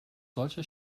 solche